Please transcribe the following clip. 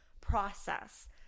process